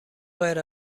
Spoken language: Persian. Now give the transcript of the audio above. غیر